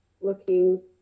looking